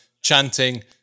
chanting